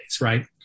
Right